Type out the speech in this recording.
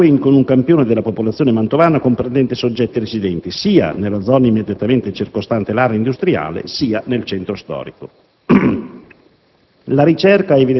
nel sangue in un campione della popolazione mantovana, comprendente soggetti residenti sia nella zona immediatamente circostante l'area industriale sia nel centro storico.